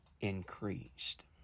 increased